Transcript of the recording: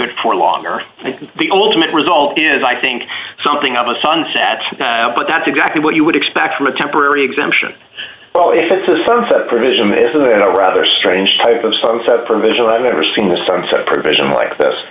it for longer than the old met result is i think something of a sunset but that's exactly what you would expect from a temporary exemption well if it's a sunset provision is a rather strange type of sunset provision i've never seen the sunset provision like this